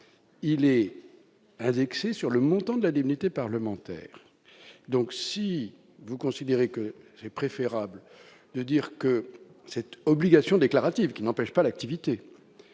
il est indexé sur le montant de l'indemnité parlementaire. Si vous considérez qu'il est préférable que cette obligation déclarative, qui n'empêche nullement l'activité,